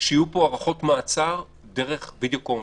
שיהיו פה הארכות מעצר דרך וידיאו קונפרנס.